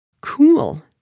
Cool